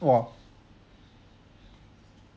!wah!